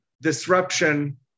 disruption